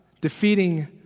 defeating